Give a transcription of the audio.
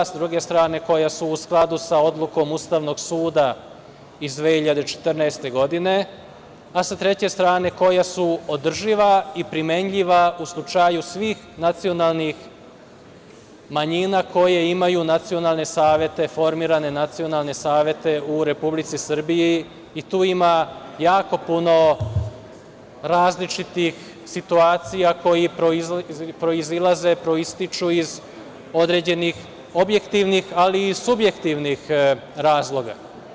S druge strane, koja su u skladu sa odlukom Ustavnog suda iz 2014. godine, a sa treće strane koja su održiva i primenljiva u slučaju svih nacionalnih manjina koje imaju nacionalne savete, formirane nacionalne savete u Republici Srbiji i tu ima jako puno različitih situacija koje proizilaze, proističu iz određenih objektivnih ali i subjektivnih razloga.